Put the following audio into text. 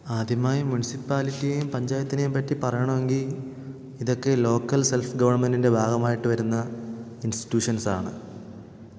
ആദ്യമായി മുനിസിപ്പാലിറ്റിയെയും പഞ്ചായത്തിനേയും പറ്റി പറയണമെങ്കിൽ ഇതൊക്കെ ലോക്കൽ സെൽഫ് ഗവൺമെൻറ്റിൻ്റെ ഭാഗമായിട്ടു വരുന്ന ഇൻസ്റ്റിറ്റ്യൂഷൻസാണ്